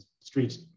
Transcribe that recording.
streets